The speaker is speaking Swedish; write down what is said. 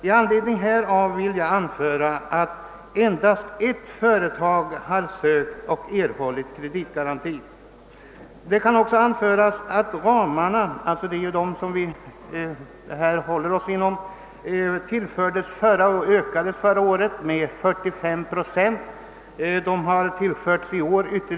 I anledning härav vill jag framhålla att endast ett företag har sökt och erhållit kreditgaranti. Det kan också anföras att ökningen av rationaliseringsstödet inom de ramar, som vi här har att hålla oss inom, var 45 procent under förra året. I år har ytterligare 33 miljoner kronor tillförts familjejordbruket.